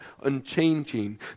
unchanging